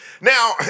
Now